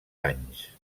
anys